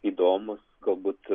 įdomūs galbūt